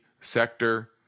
sector